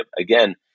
Again